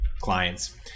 clients